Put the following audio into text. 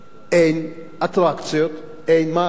אין אטרקציות, אין מה לעשות.